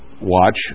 watch